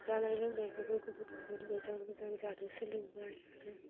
जानाय लोंनायखौबो गुबुन गुबुन मोजां मोजां जानो सोलोंबाय आरो